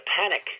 panic